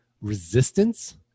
resistance